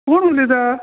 कोण उलयता